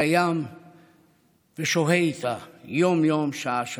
קיים ושוהה איתה יום-יום, שעה-שעה.